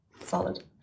Solid